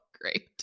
great